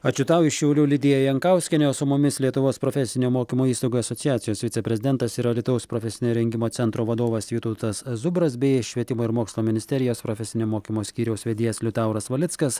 ačiū tau iš šiaulių lidija jankauskienė o su mumis lietuvos profesinio mokymo įstaigų asociacijos viceprezidentas ir alytaus profesinio rengimo centro vadovas vytautas zubras bei švietimo ir mokslo ministerijos profesinio mokymo skyriaus vedėjas liutauras valickas